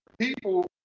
people